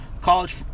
College